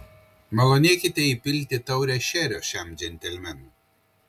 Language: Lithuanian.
malonėkite įpilti taurę šerio šiam džentelmenui